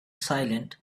silent